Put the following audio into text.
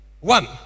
One